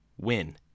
win